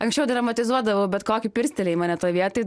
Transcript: anksčiau dramatizuodavau bet kokį pirstelėjimą ne toj vietoj